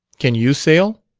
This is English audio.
can you sail?